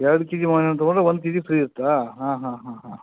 ಎರಡು ಕೆಜಿ ಮಾವಿನ ಹಣ್ಣು ತಗೊಂಡರೆ ಒಂದು ಕೆಜಿ ಫ್ರೀ ಇರುತ್ತಾ ಹಾಂ ಹಾಂ ಹಾಂ ಹಾಂ ಹಾಂ ಹಾಂ